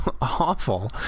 awful